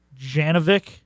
Janovic